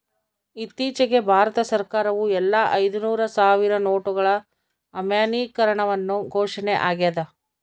ಇತ್ತೀಚಿಗೆ ಭಾರತ ಸರ್ಕಾರವು ಎಲ್ಲಾ ಐದುನೂರು ಸಾವಿರ ನೋಟುಗಳ ಅಮಾನ್ಯೀಕರಣವನ್ನು ಘೋಷಣೆ ಆಗ್ಯಾದ